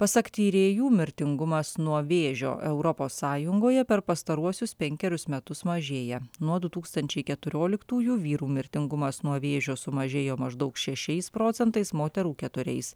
pasak tyrėjų mirtingumas nuo vėžio europos sąjungoje per pastaruosius penkerius metus mažėja nuo du tūkstančiai keturioliktųjų vyrų mirtingumas nuo vėžio sumažėjo maždaug šešiais procentais moterų keturiais